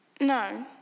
No